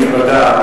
כנסת נכבדה,